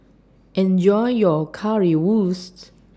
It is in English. Enjoy your Currywurst